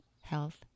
Health